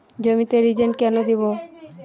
জমিতে রিজেন্ট কেন দেবো?